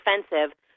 offensive